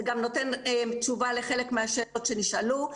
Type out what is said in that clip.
זה גם ייתן תשובה לחלק מהשאלות שנשאלו.